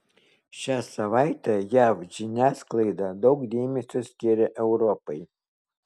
šią savaitę jav žiniasklaida daug dėmesio skiria europai